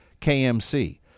KMC